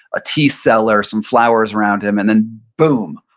a tea seller, some flowers around him and then boom,